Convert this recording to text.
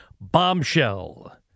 bombshell